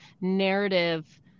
narrative